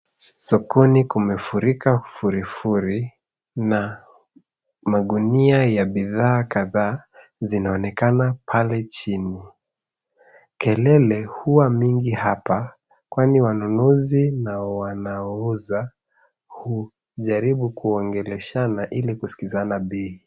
Sokoni kumefurika furi furi na magunia ya bidhaa kadhaa zinaonekana pale chini. Kelele huwa mingi hapa kwani wanunuzi na wanaouza hujaribu kuongeleshana ili kusikizana bei.